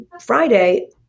Friday